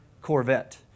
Corvette